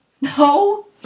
No